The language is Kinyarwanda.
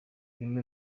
irimo